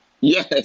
Yes